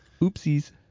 oopsies